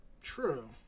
True